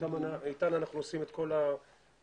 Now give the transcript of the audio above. ואיתן אנחנו עושים את כל החילוצים.